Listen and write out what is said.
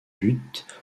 but